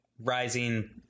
rising